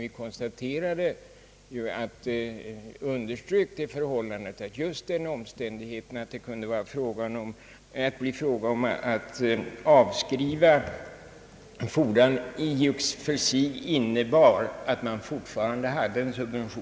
Vi underströk emellertid att just den omständigheten att det kunde bli fråga om att avskriva fordran i och för sig innebar att man fortfarande hade en subvention.